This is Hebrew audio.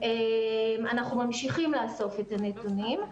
אנחנו ממשיכים לאסוף את הנתונים.